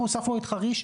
אנחנו הוספנו את חריש,